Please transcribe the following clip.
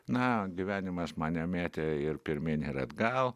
na gyvenimas mane mėtė ir pirmyn ir atgal